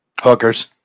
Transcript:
Hookers